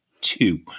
two